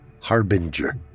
Harbinger